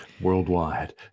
worldwide